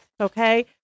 Okay